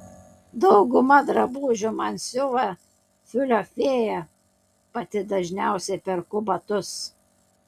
daugumą drabužių man siuva tiulio fėja pati dažniausiai perku batus